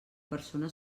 persona